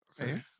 Okay